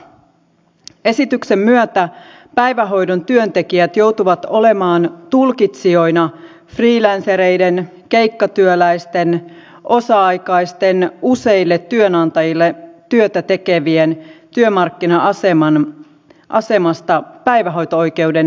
esityksen myötä päivähoidon työntekijät joutuvat olemaan tulkitsijoina freelancereiden keikkatyöläisten osa aikaisten useille työnantajille työtä tekevien työmarkkina asemasta päivähoito oikeuden näkökulmasta